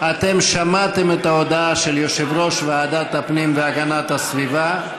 שמעתם את ההודעה של יושב-ראש ועדת הפנים והגנת הסביבה,